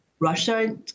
Russia